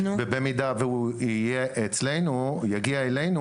במידה והוא יגיע אלינו,